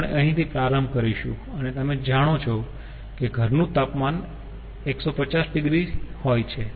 આપણે અહીંથી પ્રારંભ કરીશું અને તમે જાણો છો કે ઘરનું તાપમાન 150 ડિગ્રી હોય છે